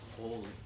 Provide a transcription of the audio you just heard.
holy